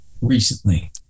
recently